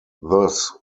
thus